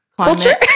culture